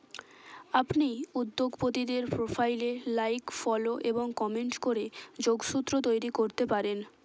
আপনি উদ্যোগপতিদের প্রোফাইলে লাইক ফলো এবং কমেন্ট করে যোগসূত্র তৈরি করতে পারেন